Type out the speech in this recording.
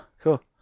cool